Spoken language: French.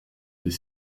des